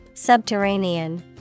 Subterranean